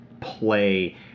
play